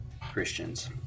Christians